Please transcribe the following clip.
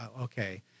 okay